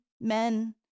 men